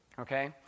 okay